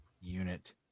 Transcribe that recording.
unit